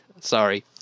sorry